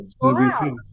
Wow